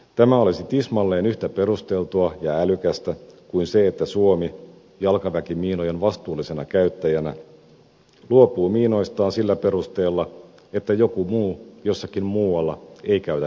tämä olisi tismalleen yhtä perusteltua ja älykästä kuin se että suomi jalkaväkimiinojen vastuullisena käyttäjänä luopuu miinoistaan sillä perusteella että joku muu jossakin muualla ei käytä niitä vastuullisesti